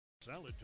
Salad